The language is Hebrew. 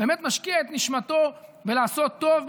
הוא באמת משקיע את נשמתו בלעשות טוב,